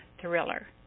Thriller